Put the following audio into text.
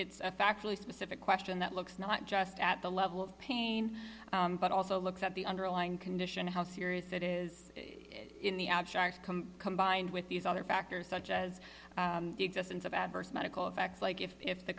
it's a factually specific question that looks not just at the level of pain but also looks at the underlying condition how serious it is in the abstract combined with these other factors such as the existence of adverse medical effects like if